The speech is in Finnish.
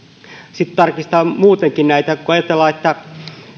sitten muutenkin näiden tarkistaminen kun ajatellaan että